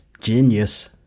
genius